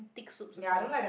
thick soups also